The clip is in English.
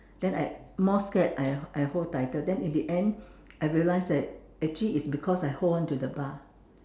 then I more scared I I hold tighter then in the end I realised that actually it's because I hold on to the bar